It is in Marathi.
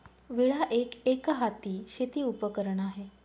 विळा एक, एकहाती शेती उपकरण आहे